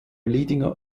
leading